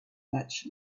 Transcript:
much